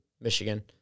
Michigan